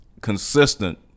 consistent